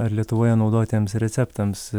ar lietuvoje naudotiems receptams